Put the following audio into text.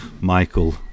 Michael